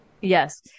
yes